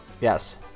yes